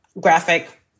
graphic